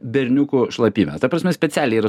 berniukų šlapime ta prasme specialiai yra